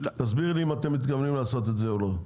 תסביר לי אם אתם מתכוונים לעשות את זה או לא,